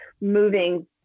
moving